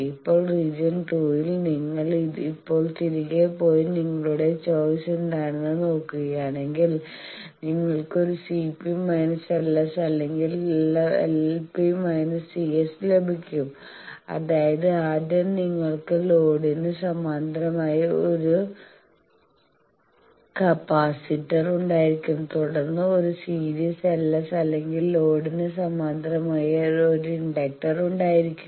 ഇപ്പോൾ റീജിയൻ 2 ൽ നിങ്ങൾ ഇപ്പോൾ തിരികെ പോയി നിങ്ങളുടെ ചോയ്സ് എന്താണെന്ന് നോക്കുകയാണെങ്കിൽ നിങ്ങൾക്ക് ഒരു Cp LS അല്ലെങ്കിൽ Lp−Cs ലഭിക്കും അതായത് ആദ്യം നിങ്ങൾക്ക് ലോഡിന് സമാന്തരമായി ഒരു കപ്പാസിറ്റർ capacitor ഉണ്ടായിരിക്കും തുടർന്ന് ഒരു സീരീസ് LS അല്ലെങ്കിൽ ലോഡിന് സമാന്തരമായി ഒരു ഇൻഡക്ടർ ഉണ്ടായിരിക്കും